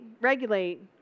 regulate